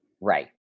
Right